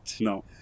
No